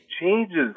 changes